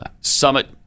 summit